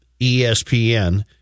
ESPN